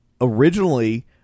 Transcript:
originally